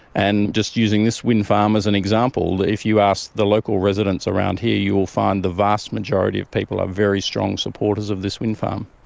and just using this wind farm as an example, if you ask the local residents around here you will find the vast majority of people are very strong supporters of this wind farm.